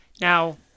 now